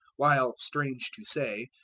while, strange to say,